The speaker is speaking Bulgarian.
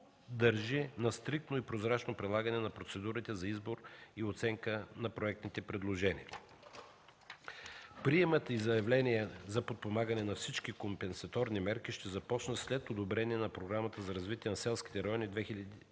държи на стриктно и прозрачно прилагане на процедурите за избор и оценка на проектните предложения. Приемът на заявления за подпомагане на всички компенсаторни мерки ще започне след одобрение на Програмата за развитие на селските райони